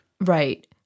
Right